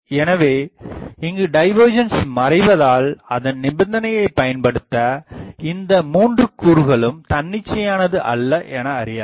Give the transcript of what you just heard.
எனவே இங்கு டைவர்ஜன்ஸ் மறைவாதல் அதன் நிபந்தனையைப் பயன்படுத்த இந்த மூன்று கூறுகளும் தன்னிச்சையானது அல்ல எனஅறியலாம்